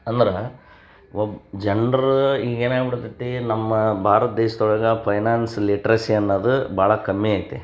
ಅಂದ್ರೆ ಒಬ್ಬ ಜನ್ರು ಈಗ ಏನಾಗ್ಬಿಡುತತ್ತಿ ನಮ್ಮ ಭಾರತ ದೇಶ್ದೊಳಗೆ ಫೈನಾನ್ಸ್ ಲಿಟ್ರಸಿ ಅನ್ನೋದು ಭಾಳ ಕಮ್ಮಿ ಐತಿ